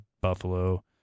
Buffalo